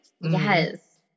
Yes